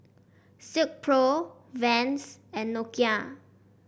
Silkpro Vans and Nokia